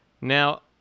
now